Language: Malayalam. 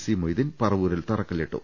സി മൊയ്തീൻ പറവൂരിൽ തറക്കല്ലിട്ടു